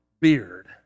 beard